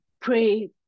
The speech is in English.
pray